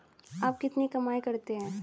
आप कितनी कमाई करते हैं?